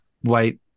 white